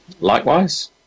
likewise